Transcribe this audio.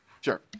Sure